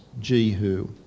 Jehu